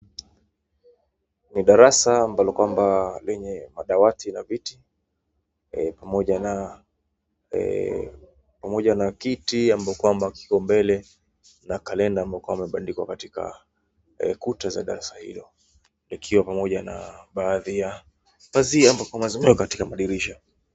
Ni darasa ambalo kwamba lenye madawati na viti, pamoja na kiti ambayo kwamba kiko mbele la kalenda ambayo kwamba imebandikwa katika kuta za darasa hilo. Likiwa pamoja na baadhi ya pazia ambapo zimo katika madirisha.